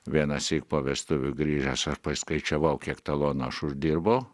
vienąsyk po vestuvių grįžęs aš paskaičiavau kiek talonų aš uždirbau